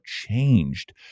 changed